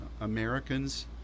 Americans